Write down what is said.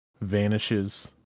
vanishes